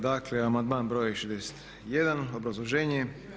Dakle, amandman broj 61. obrazloženje.